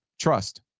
Trust